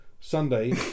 Sunday